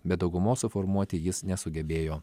bet daugumos suformuoti jis nesugebėjo